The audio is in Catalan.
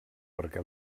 perquè